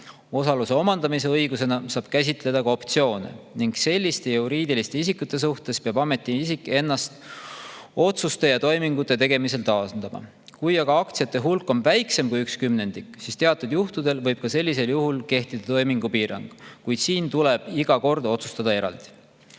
Osaluse omandamise õigusena saab käsitleda ka optsioone ning selliste juriidiliste isikute suhtes peab ametiisik ennast otsuste ja toimingute tegemisel taandama. Kui aga aktsiate hulk on väiksem kui üks kümnendik, siis teatud juhtudel võib kehtida toimingupiirang, kuid siin tuleb iga kord otsustada eraldi.